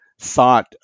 thought